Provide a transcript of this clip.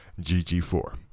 GG4